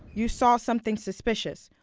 you saw something suspicious,